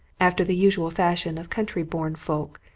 after the usual fashion of country-born folk,